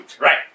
Right